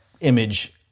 image